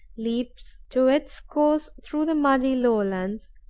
leaps to its course through the muddy lowlands,